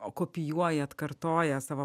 kopijuoja atkartoja savo